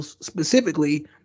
specifically